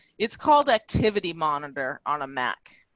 it's called activity monitor on a mac.